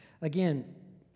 Again